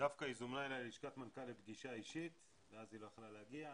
דווקא היא זומנה אליי ללשכת מנכ"ל לפגישה אישית ואז היא לא יכלה להגיע,